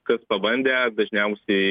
kas pabandę dažniausiai